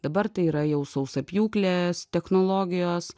dabar tai yra jau sausapjūklės technologijos